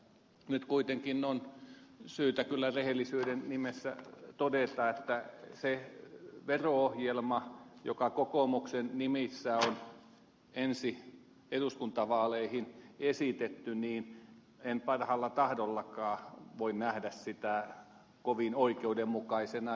nyt kuitenkin on kyllä syytä rehellisyyden nimissä todeta että sitä vero ohjelmaa joka kokoomuksen nimissä on ensi eduskuntavaaleihin esitetty en parhaalla tahdollakaan voi nähdä kovin oikeudenmukaisena